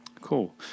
Cool